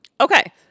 Okay